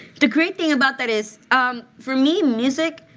the great thing about that is um for me, music,